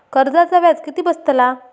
कर्जाचा व्याज किती बसतला?